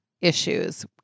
issues